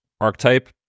archetype